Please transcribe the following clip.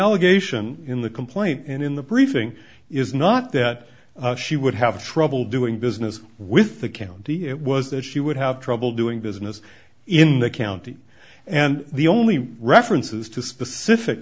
allegation in the complaint and in the briefing is not that she would have trouble doing business with the county it was that she would have trouble doing business in the county and the only references to specific